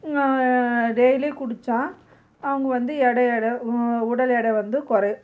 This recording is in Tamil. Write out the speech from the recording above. டெய்லி குடிச்சால் அவங்க வந்து எடை எடை உடல் எடை வந்து குறை